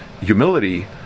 humility